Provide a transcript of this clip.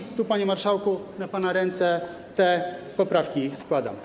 I tu, panie marszałku, na pana ręce te poprawki składam.